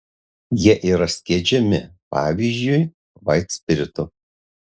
jie yra skiedžiami pavyzdžiui vaitspiritu